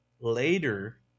later